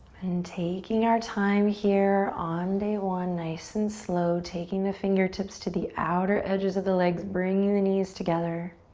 and taking our time here on day one, nice and slow, taking the fingertips to the outer edges of the legs, bringing the knees together.